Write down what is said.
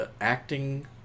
acting